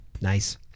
nice